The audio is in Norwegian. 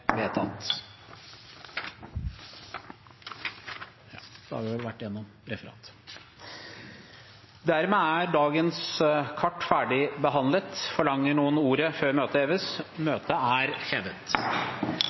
dagens kart ferdigbehandlet. Forlanger noen ordet før møtet heves?